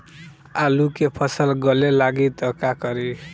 आलू के फ़सल गले लागी त का करी?